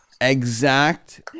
Exact